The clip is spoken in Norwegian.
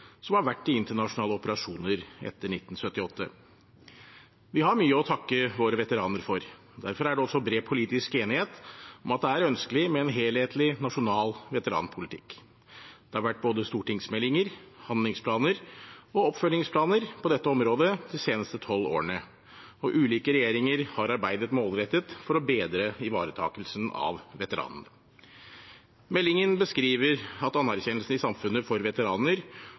som har vært i internasjonale operasjoner etter 1978. Vi har mye å takke våre veteraner for. Derfor er det også bred politisk enighet om at det er ønskelig med en helhetlig nasjonal veteranpolitikk. Det har vært både stortingsmeldinger, handlingsplaner og oppfølgingsplaner på dette området de seneste tolv årene, og ulike regjeringer har arbeidet målrettet for å bedre ivaretakelsen av veteranene. Meldingen beskriver at anerkjennelsen i samfunnet for veteraner